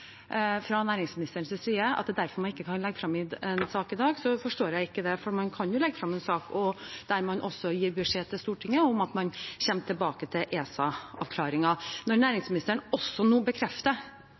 at det er derfor man ikke kan legge frem en sak i dag – så forstår jeg ikke det. For man kan legge frem en sak der man gir beskjed til Stortinget om at man kommer tilbake til ESA-avklaringer. Når